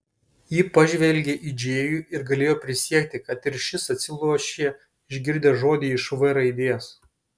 ji pažvelgė į džėjų ir galėjo prisiekti kad ir šis atsilošė išgirdęs žodį iš v raidės